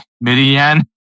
Midian